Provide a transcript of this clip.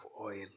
oil